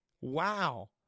Wow